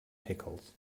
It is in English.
pickles